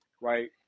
right